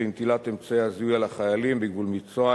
נטילת אמצעי הזיהוי על החיילים בגבול מצרים